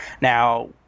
Now